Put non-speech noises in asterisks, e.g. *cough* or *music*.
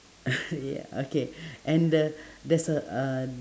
*laughs* ya okay and the there's a uhh